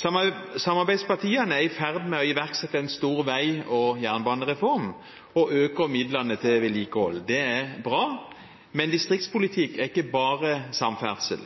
steder. Samarbeidspartiene er i ferd med å iverksette en stor vei- og jernbanereform og øker midlene til vedlikehold. Det er bra, men distriktspolitikk er ikke bare samferdsel.